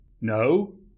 No